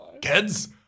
Kids